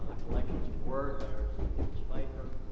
ah collections work by artists like jules feiffer,